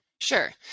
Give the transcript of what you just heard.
sure